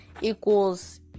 equals